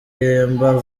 yemba